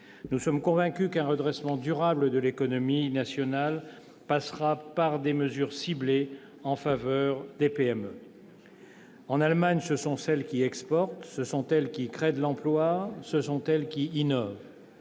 Nous sommes convaincus qu'un redressement durable de l'économie nationale passera par des mesures ciblées en faveur des PME. En Allemagne, ce sont les PME qui exportent, ce sont elles qui créent de l'emploi, ce sont elles qui innovent.